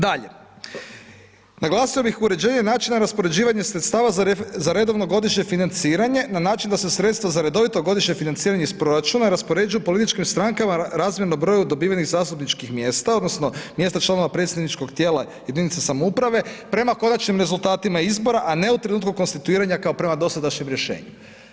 Dalje, naglasio bih uređenje načina raspoređivanja sredstava za redovno godišnje financiranje na način da se sredstva za redovito godišnje financiranje iz proračuna raspoređuju političkim strankama razmjerno broj dobivenih zastupničkih mjesta odnosno mjesta članova predsjedničkog tijela jedinica samouprave prema konačnim rezultatima izbora, a ne u trenutku konstituiranja kao prema dosadašnjem rješenju.